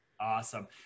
Awesome